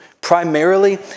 primarily